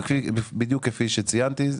בדיוק כפי שציינתי,